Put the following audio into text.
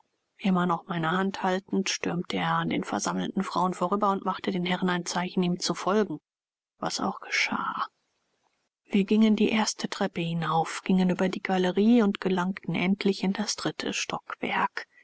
immer noch meine hand haltend stürmte er an den versammelten frauen vorüber und machte den herren ein zeichen ihm zu folgen was auch geschah wir gingen die erste treppe hinauf gingen über die galerie und gelangten endlich in das dritte stockwerk